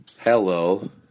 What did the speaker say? Hello